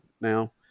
now